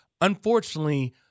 unfortunately